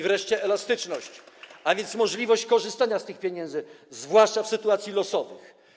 Wreszcie elastyczność, a więc możliwość korzystania z tych pieniędzy, zwłaszcza w sytuacjach losowych.